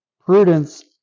prudence